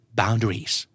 boundaries